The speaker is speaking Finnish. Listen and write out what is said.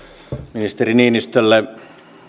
ministeri niinistölle